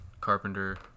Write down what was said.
Carpenter